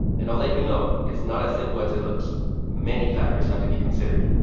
and i'll let you know it's not as simple as it looks many factors have to be considered.